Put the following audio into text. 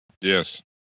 Yes